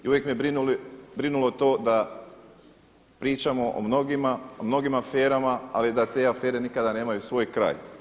I uvijek me brinulo to da pričamo o mnogim aferama, ali da te afere nikada nemaju svoj kraj.